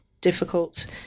difficult